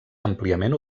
àmpliament